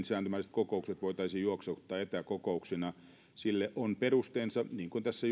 sääntömääräiset kokoukset voitaisiin juoksuttaa etäkokouksina sille on perusteensa niin kuin tässä